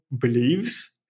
believes